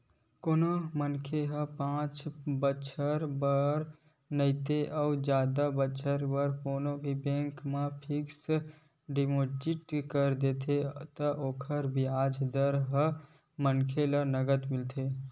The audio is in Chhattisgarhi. कोनो मनखे ह पाँच बछर बर नइते अउ जादा बछर बर कोनो बेंक म फिक्स डिपोजिट कर देथे त ओकर बियाज दर ह मनखे ल नँगत मिलथे